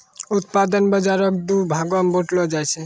व्युत्पादन बजारो के दु भागो मे बांटलो जाय छै